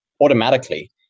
automatically